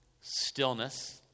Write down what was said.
Stillness